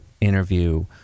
interview